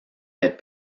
ait